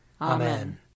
Amen